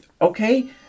okay